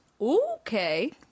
Okay